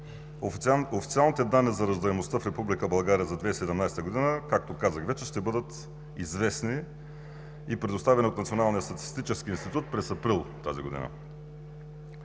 Официалните данни за раждаемостта в Република България за 2017 г., както казах вече, ще бъдат изнесени и предоставени от Националния статистически институт през април тази година.